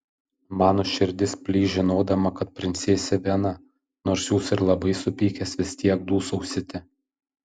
mano širdis plyš žinodama kad princesė viena nors jūs ir labai supykęs vis tiek dūsausite